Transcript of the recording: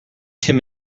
tim